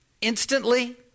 instantly